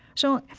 so,